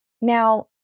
Now